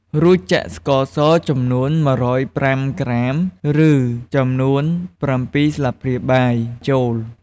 រួចចាក់ស្ករស ចំនួន១០៥ក្រាម ឬចំនួន៧ស្លាបព្រាបាយចូល។